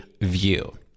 view